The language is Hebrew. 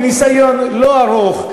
מניסיון לא ארוך,